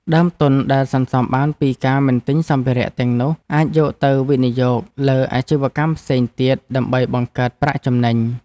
ដើមទុនដែលសន្សំបានពីការមិនទិញសម្ភារទាំងនោះអាចយកទៅវិនិយោគលើអាជីវកម្មផ្សេងទៀតដើម្បីបង្កើតប្រាក់ចំណេញ។